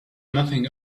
nothing